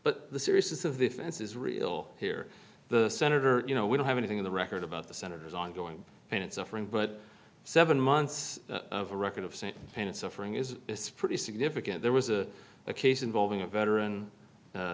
but the seriousness of the offense is real here the senator you know we don't have anything in the record about the senator's ongoing pain and suffering but seven months of a record of st pain and suffering is pretty significant there was a case involving a veteran